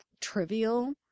trivial